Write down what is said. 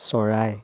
চৰাই